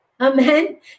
amen